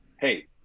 hey